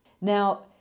now